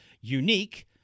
unique